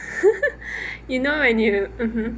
you know I knew